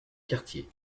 quartier